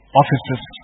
offices